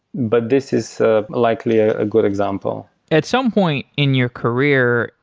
but this is likely a good example at some point in your career,